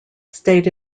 stayed